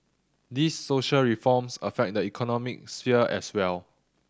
these social reforms affect the economic sphere as well